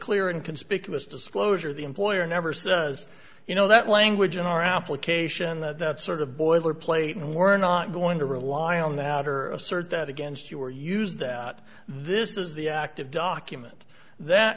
clear and conspicuous disclosure of the employer never says you know that language in our application that's sort of boilerplate and we're not going to rely on the outer assert that against you or use that this is the active document that